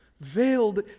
Veiled